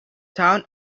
town